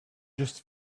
just